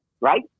right